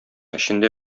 эчендә